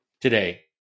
today